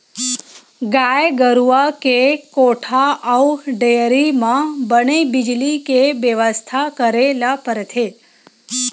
गाय गरूवा के कोठा अउ डेयरी म बने बिजली के बेवस्था करे ल परथे